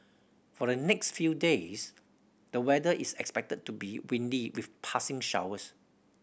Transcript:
for the next few days the weather is expected to be windy with passing showers